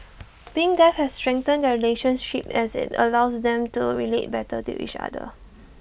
being deaf has strengthened their relationship as IT allowed them to relate better to each other